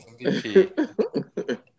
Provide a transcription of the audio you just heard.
MVP